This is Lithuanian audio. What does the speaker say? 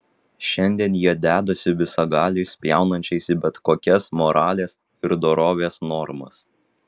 šiandien jie dedąsi visagaliais spjaunančiais į bet kokias moralės ir dorovės normas